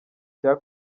cya